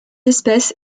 espèce